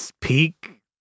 peak